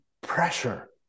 pressure